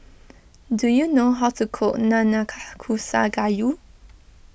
do you know how to cook Nanakusa Gayu